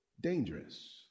dangerous